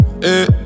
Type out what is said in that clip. Hey